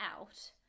out